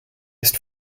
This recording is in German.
ist